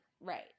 right